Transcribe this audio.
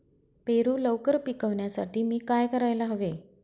पेरू लवकर पिकवण्यासाठी मी काय करायला हवे?